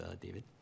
David